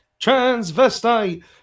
transvestite